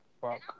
Fuck